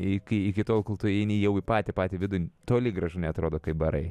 iki iki tol kol tu įeini jau į patį patį vidų toli gražu neatrodo kaip barai